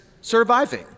surviving